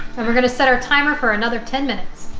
and we're going to set our timer for another ten minutes